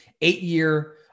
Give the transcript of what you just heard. eight-year